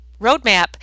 roadmap